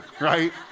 right